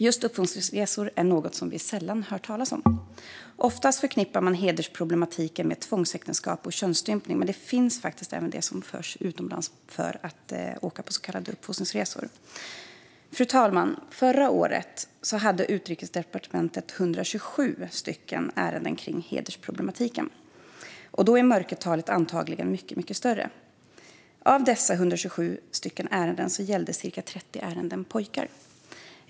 Just uppfostringsresor är något som vi sällan hör talas om. Oftast förknippar man hedersproblematiken med tvångsäktenskap och könsstympning, men det finns faktiskt även de som förs utomlands på så kallade uppfostringsresor. Fru talman! Förra året hade Utrikesdepartementet 127 ärenden kring hedersproblematiken, och mörkertalet är antagligen mycket större. Av dessa 127 ärenden gällde ca 30 ärenden pojkar.